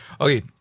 okay